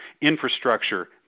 infrastructure